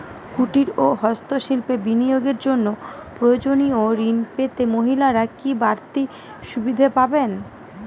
কুটীর ও হস্ত শিল্পে বিনিয়োগের জন্য প্রয়োজনীয় ঋণ পেতে মহিলারা কি বাড়তি সুবিধে পাবেন?